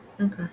okay